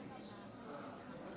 חבריי